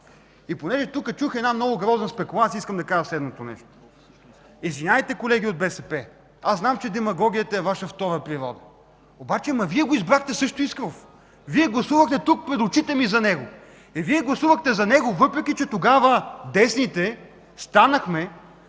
Понеже тук чух една много грозна спекулация, искам да кажа следното нещо. Извинявайте, колеги от БСП. Знам, че демагогията е Ваша втора природа. Ама Вие избрахте също и Искров. Вие гласувахте тук, пред очите ни за него. Вие гласувахте за него, въпреки че тогава десните станахме,